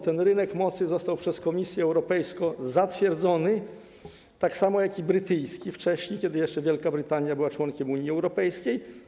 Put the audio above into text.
Ten rynek mocy został przez Komisję Europejską zatwierdzony, tak samo jak brytyjski wcześniej, kiedy jeszcze Wielka Brytania była członkiem Unii Europejskiej.